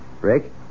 Rick